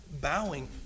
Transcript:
bowing